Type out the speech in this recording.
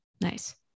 Nice